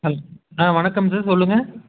hello ஆ வணக்கம் sir சொல்லுங்கள்